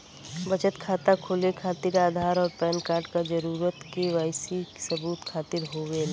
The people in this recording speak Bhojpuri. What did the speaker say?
बचत खाता खोले खातिर आधार और पैनकार्ड क जरूरत के वाइ सी सबूत खातिर होवेला